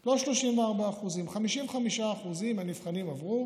לא 34%. 55% מהנבחנים עברו.